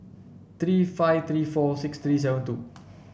three five three four six three seven two